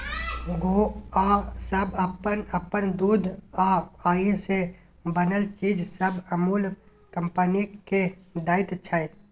गौआँ सब अप्पन अप्पन दूध आ ओइ से बनल चीज सब अमूल कंपनी केँ दैत छै